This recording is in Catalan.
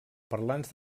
parlants